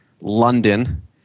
London